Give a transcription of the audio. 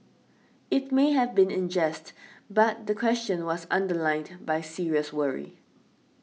it may have been in jest but the question was underlined by serious worry